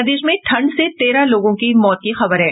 प्रदेश में ठंड से तेरह लोगों के मौत की खबर है